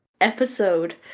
episode